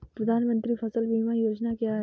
प्रधानमंत्री फसल बीमा योजना क्या है?